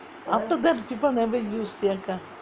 after that people never use சியக்கா:siyakka